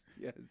Yes